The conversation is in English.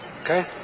Okay